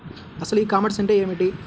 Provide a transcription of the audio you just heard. అసలు e commerce అంటే ఏమిటి?